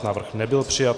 Návrh nebyl přijat.